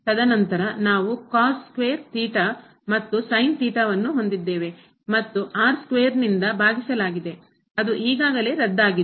ತದನಂತರ ನಾವು cos square theta ಮತ್ತು ಸೈನ್ ಥೀಟಾವನ್ನು ಹೊಂದಿದ್ದೇವೆ ಮತ್ತು ಸ್ಕ್ವೇರ್ನಿಂದ ಭಾಗಿಸಲಾಗಿದೆ ಅದು ಈಗಾಗಲೇ ರದ್ದಾಗಿದೆ